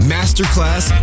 Masterclass